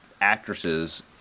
actresses